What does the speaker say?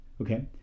Okay